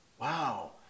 Wow